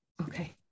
okay